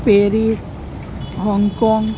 Paris Hong Kong